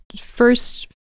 first